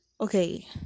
Okay